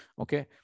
okay